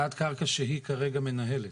הפקעת קרקע שהיא כרגע מנהלת.